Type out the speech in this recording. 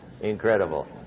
Incredible